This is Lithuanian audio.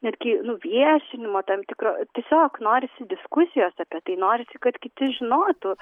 netgi nu viešinimo tam tikro tiesiog norisi diskusijos apie tai norisi kad kiti žinotų